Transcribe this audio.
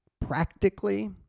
practically